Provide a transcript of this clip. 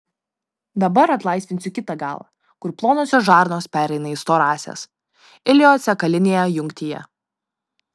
dabar atlaisvinsiu kitą galą kur plonosios žarnos pereina į storąsias ileocekalinėje jungtyje